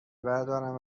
بردارند